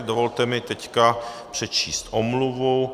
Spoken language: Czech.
Dovolte mi teď přečíst omluvu.